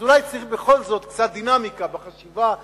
אז אולי צריך בכל זאת קצת דינמיקה בחשיבה ובתקציב.